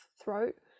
throat